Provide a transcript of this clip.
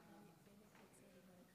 חוק לתיקון פקודת מס הכנסה (מס' 260),